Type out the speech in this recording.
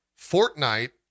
Fortnite